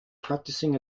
practicing